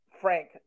Frank